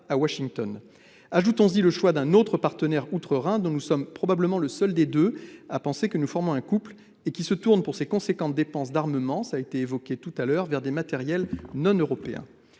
à Washington ... Ajoutons-y le choix d'un autre partenaire outre-Rhin dont nous sommes probablement le seul des deux à penser que nous formons un couple et qui se tourne pour ses importantes dépenses d'armement, comme cela a été précédemment évoqué, vers des matériels non européens.